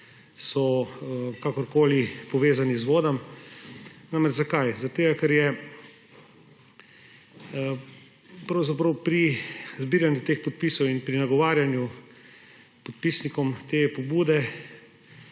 so kakorkoli povezani z vodami. Namreč, zakaj? Zaradi tega, ker je pravzaprav pri zbiranju teh podpisov in pri nagovarjanju podpisnikom te pobude